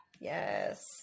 Yes